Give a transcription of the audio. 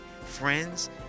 friends